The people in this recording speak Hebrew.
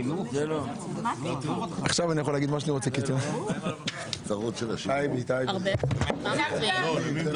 סיימתי.